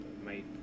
made